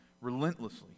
relentlessly